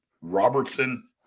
Robertson